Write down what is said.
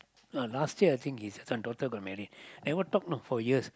oh last year I think his second daughter got married never talk know for years